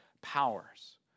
powers